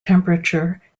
temperature